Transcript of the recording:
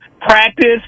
practice